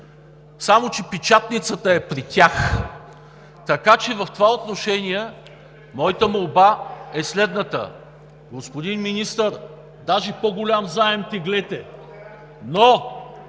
Само че печатницата е при тях. Така че в това отношение моята молба е следната: господин Министър, даже по-голям заем теглете!